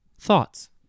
Thoughts